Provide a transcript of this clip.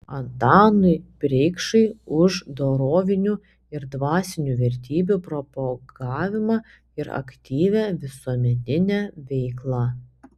antanui preikšai už dorovinių ir dvasinių vertybių propagavimą ir aktyvią visuomeninę veiklą